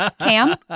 Cam